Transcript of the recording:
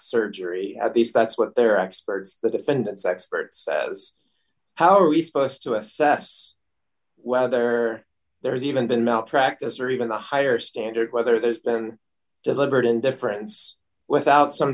surgery at least that's what their experts the defendant's expert says how are we supposed to assess whether there's even been malpractise or even a higher standard whether there's been deliberate indifference without some